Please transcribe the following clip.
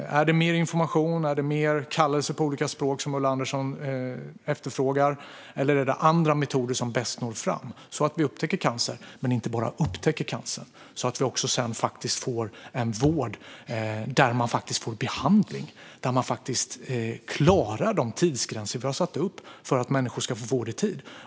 Är det mer information, är det fler kallelser på olika språk, som Ulla Andersson efterfrågar, eller är det andra metoder som bäst når fram så att man upptäcker cancer? Men det handlar inte bara om att upptäcka cancer utan om att också sedan få en vård där människor får behandling och där man klarar de tidsgränser vi har satt upp för att människor ska få vård i tid.